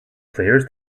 players